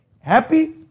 Happy